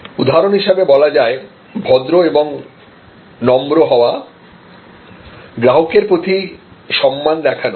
উদাহরণ হিসেবে বলা যায় ভদ্র এবং নম্র হওয়া গ্রাহকের প্রতি সম্মান দেখানো